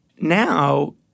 Now